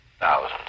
Thousand